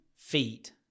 feet